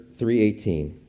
3.18